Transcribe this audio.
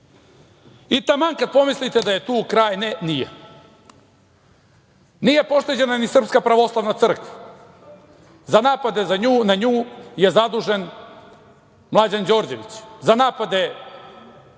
kada pomislite da je tu kraj, ne nije. Nije pošteđena ni Srpska pravoslavna crkva. Za napade na nju je zadužen Mlađan Đorđević, za napade